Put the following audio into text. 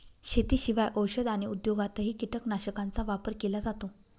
शेतीशिवाय औषध आणि उद्योगातही कीटकनाशकांचा वापर केला जातो